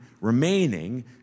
remaining